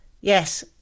Yes